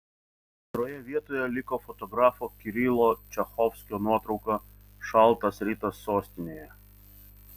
antroje vietoje liko fotografo kirilo čachovskio nuotrauka šaltas rytas sostinėje